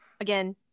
Again